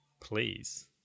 Please